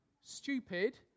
stupid